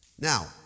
Now